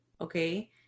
Okay